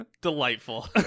delightful